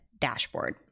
dashboard